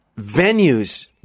venues